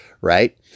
right